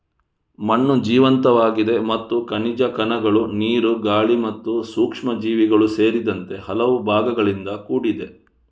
ಮಣ್ಣು ಜೀವಂತವಾಗಿದೆ ಮತ್ತು ಖನಿಜ ಕಣಗಳು, ನೀರು, ಗಾಳಿ ಮತ್ತು ಸೂಕ್ಷ್ಮಜೀವಿಗಳು ಸೇರಿದಂತೆ ಹಲವು ಭಾಗಗಳಿಂದ ಕೂಡಿದೆ